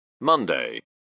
Monday